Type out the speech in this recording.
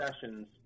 sessions